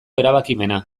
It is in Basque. erabakimena